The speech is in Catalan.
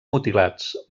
mutilats